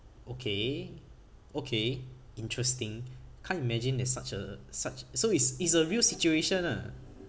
okay okay interesting can't imagine there's such a such so it's it's a real situation ah